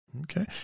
Okay